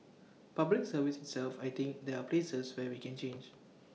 Public Service itself I think there are places where we can change